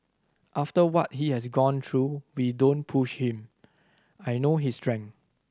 after what he has gone through we don't push him I know his strength